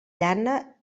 llana